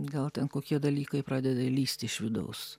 gal ten kokie dalykai pradeda lįsti iš vidaus